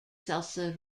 salsa